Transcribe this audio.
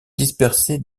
dispersée